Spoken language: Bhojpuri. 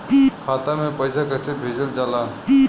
खाता में पैसा कैसे भेजल जाला?